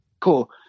cool